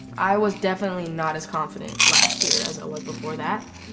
i was definitely not as confident last year as i was before that,